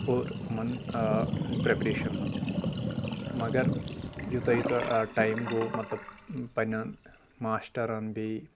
اور امن آ ہِنٛز پریٚپریشن منٛز مگر یوٗتاہ یوٗتاہ ٹایم گوٚو مطلب پننٮ۪ن ماسٹرن بییٚہِ